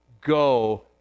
go